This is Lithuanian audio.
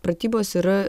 pratybos yra